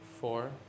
four